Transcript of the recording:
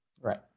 right